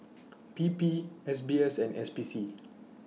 P P S B S and S P C